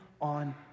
on